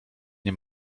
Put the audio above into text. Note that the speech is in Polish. nie